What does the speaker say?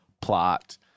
plot